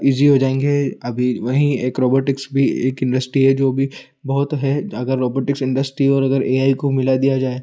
easy हो जाएंगे अभी वहीं एक रोबोटिक्स भी एक इंडस्ट्री है जो अभी बहुत है अगर रोबोटिक्स इंडस्ट्री और अगर ए आई को मिला दिया जाए